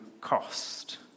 cost